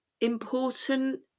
important